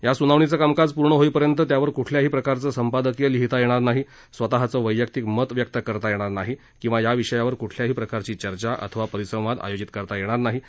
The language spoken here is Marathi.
या सुनावणीचं कामकाज पूर्ण होईपर्यंत त्यावर कुठल्याही प्रकारचं संपादकीय लिहिता येणार नाही स्वतःचं वैयक्तिक मत व्यक्त करता येणार नाही किंवा या विषयावर कुठल्याही प्रकारची चर्चा अथवा परिसंवाद आयोजित करता येणार नाही असंही न्यायालयानं स्पष्ट केलं